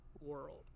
world